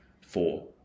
four